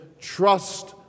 trust